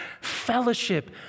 Fellowship